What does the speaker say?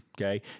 Okay